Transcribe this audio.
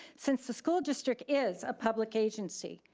since the school district is a public agency,